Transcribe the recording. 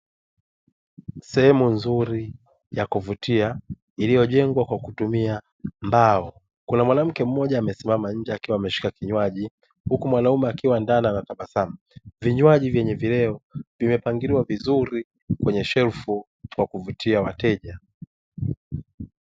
Sehemu nzuri ya kuvutia iliyojengwa kwa kutumia mbao, kuna mwanamke mmoja amesimama nje akiwa ameshika kinywaji, huku mwanaume akiwa ndani anatabasamu, vinywaji vyenye vileo vimepangiliwa vizuri kwenye mashelfu kwa kuvutia wateja.